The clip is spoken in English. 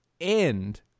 end